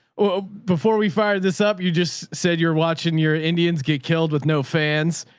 well, before we fired this up, you just said, you're watching your indians get killed with no fans.